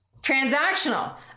Transactional